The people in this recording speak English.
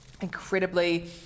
incredibly